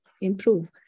improve